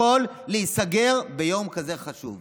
יכול להיסגר ביום כזה חשוב.